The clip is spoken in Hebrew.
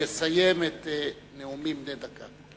שיסיים את הנאומים בני דקה.